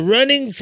Running